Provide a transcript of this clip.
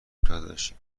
داداشی